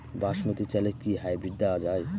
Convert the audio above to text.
বাসমতী চালে কি হাইব্রিড দেওয়া য়ায়?